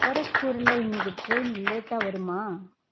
கோரக்பூரில் இன்னிக்கு ட்ரெயின் லேட்டாக வருமா